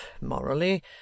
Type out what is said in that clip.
morally